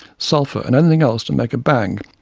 sulphur and anything else to make a bang.